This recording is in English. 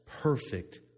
perfect